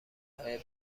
های